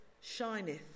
shineth